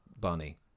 Barney